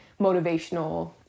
motivational